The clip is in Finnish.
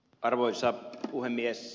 arvoisa puhemies